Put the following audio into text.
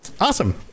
Awesome